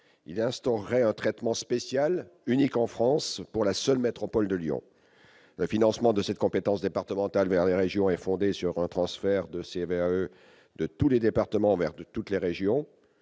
a instauré un traitement spécial unique en France pour la seule métropole de Lyon, le financement de cette compétence départementale vers les régions est fondée sur un transfert de sévères de tous les départements, mère de toutes les régions,